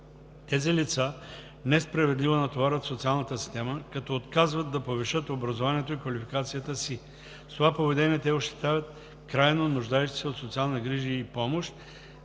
Тези лица несправедливо натоварват социалната система, като отказват да повишат образованието и квалификацията си. С това поведение те ощетяват крайно нуждаещите се от социални грижи и помощ,